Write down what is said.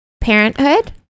Parenthood